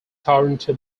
toronto